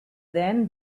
then